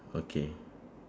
okay